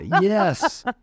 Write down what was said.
Yes